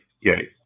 yay